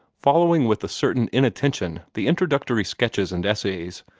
following with a certain inattention the introductory sketches and essays,